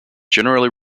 generally